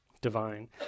divine